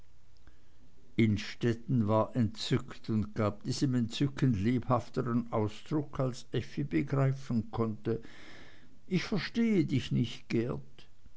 innstetten war entzückt und gab diesem entzücken lebhafteren ausdruck als effi begreifen konnte ich verstehe dich nicht geert